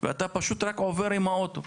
ואתה פשוט רק עובר עם האוטו,